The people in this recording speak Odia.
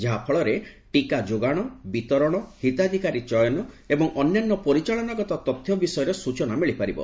ଯାହାଫଳରେ ଟିକା ଯୋଗାଣ ବିତରଣ ହିତାଧିକାରୀ ଚୟନ ଏବଂ ଅନ୍ୟାନ୍ୟ ପରିଚାଳନାଗତ ତଥ୍ୟ ବିଷୟରେ ସୂଚନା ମିଳିପାରିବ